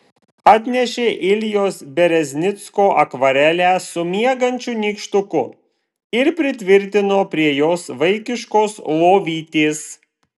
atnešė iljos bereznicko akvarelę su miegančiu nykštuku ir pritvirtino prie jos vaikiškos lovytės